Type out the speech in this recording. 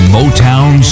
Motown